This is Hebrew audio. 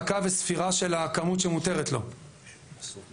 מעקב וספירה של הכמות שמותרת לו.בסדר?